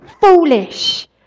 foolish